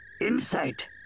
Insight